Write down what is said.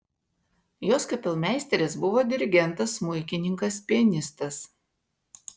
jos kapelmeisteris buvo dirigentas smuikininkas pianistas